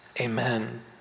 amen